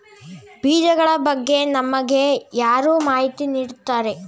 ಬೀಜಗಳ ಬಗ್ಗೆ ನಮಗೆ ಯಾರು ಮಾಹಿತಿ ನೀಡುತ್ತಾರೆ?